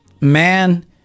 man